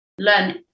learn